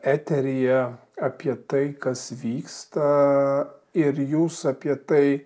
eteryje apie tai kas vyksta ir jūs apie tai